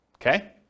Okay